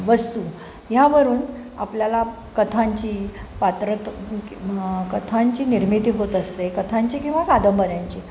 वस्तू ह्यावरून आपल्याला कथांची पात्रं कथांची निर्मिती होत असते कथांची किंवा कादंबऱ्यांची